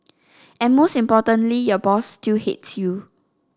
and most importantly your boss still hates you